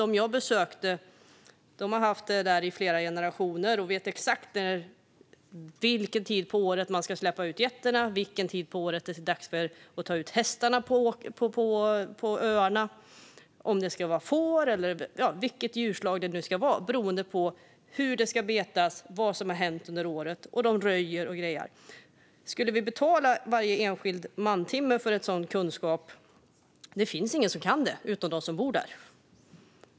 De jag besökte har haft dessa lantbruk i flera generationer, och de vet exakt vilken tid på året de ska släppa ut getterna, vilken tid på året det är dags att ta ut hästarna på öarna, om det ska vara får eller vilket djurslag det ska vara beroende på hur landskapet ska betas och vad som har hänt under året. De röjer och grejar. Om vi skulle betala varje enskild mantimme för en sådan kunskap - ja, det finns ingen som kan utom de som bor där.